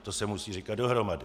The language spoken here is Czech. To se musí říkat dohromady.